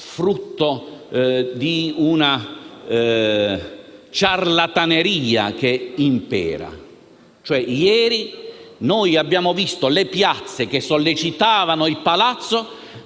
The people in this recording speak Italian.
frutto di una ciarlataneria, che impera. In passato abbiamo visto le piazze che sollecitavano il "palazzo"